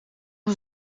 een